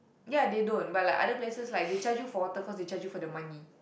ya they don't but like other places like they charge you for water cause they charge you for the money